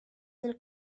del